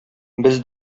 без